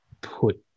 put